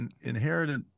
inherited